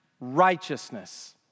righteousness